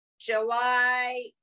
July